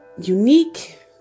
unique